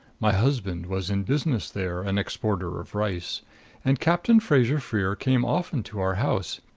my husband was in business there an exporter of rice and captain fraser-freer came often to our house.